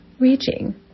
reaching